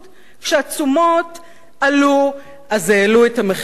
כשהתשומות עלו אז העלו את המחירים,